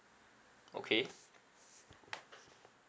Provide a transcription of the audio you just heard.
okay